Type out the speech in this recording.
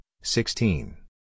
sixteen